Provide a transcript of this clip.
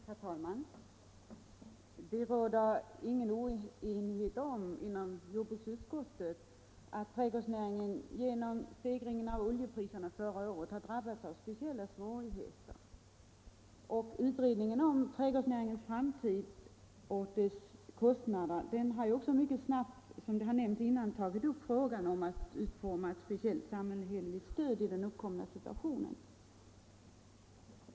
Herr talman! Det råder ingen oenighet inom jordbruksutskottet om att trädgårdsnäringen genom stegringen av oljepriserna förra året har drabbats av speciella svårigheter. Utredningen om trädgårdsnäringens framtid och dess kostnader har också, som redan nämnts här, mycket snabbt tagit upp frågan om att utforma ett speciellt samhälleligt stöd i den uppkomna situationen.